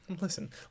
Listen